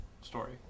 story